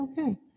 okay